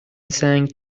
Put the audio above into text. سنگ